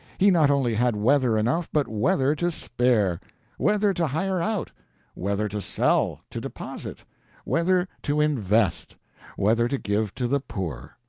he not only had weather enough, but weather to spare weather to hire out weather to sell to deposit weather to invest weather to give to the poor.